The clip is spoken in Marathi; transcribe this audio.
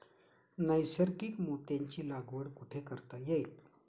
नैसर्गिक मोत्यांची लागवड कुठे करता येईल?